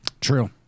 True